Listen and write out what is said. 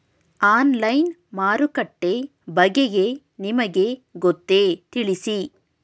Online ಮಾರುಕಟ್ಟೆ ಬಗೆಗೆ ನಿಮಗೆ ಗೊತ್ತೇ? ತಿಳಿಸಿ?